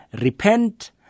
Repent